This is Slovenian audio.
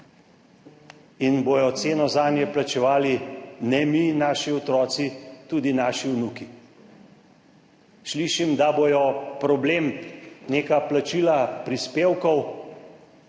in bodo ceno zanje plačevali ne mi, naši otroci, tudi naši vnuki. Slišim, da bodo problem neka plačila prispevkov.